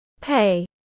pay